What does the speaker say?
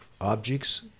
objects